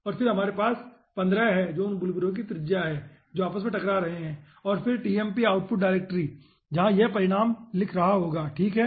और फिर हमारे पास 15 है जो उन बुलबुलो की त्रिज्या है जो आपस में टकरा रहे हैं और फिर tmp आउटपुट डायरेक्टरी है जहां यह परिणाम लिख रहा होगा ठीक है